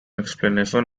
explanation